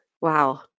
Wow